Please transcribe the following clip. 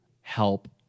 help